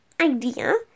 idea